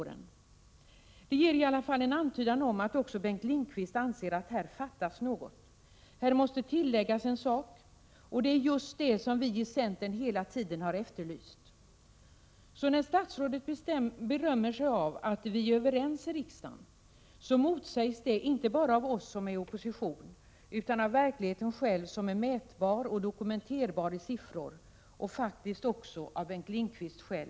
Bengt Lindqvists svar ger i alla fall en antydan om att också han anser att det här fattas något, att något måste läggas till. Det är just detta som vi i centern hela tiden har efterlyst. När statsrådet berömmer sig av att vi är överens i riksdagen, motsägs det inte bara av oss som är i opposition utan även av verkligheten själv, som är mätbar och dokumenterbar i siffror, och det motsägs faktiskt också av Bengt Lindqvist själv.